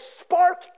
spark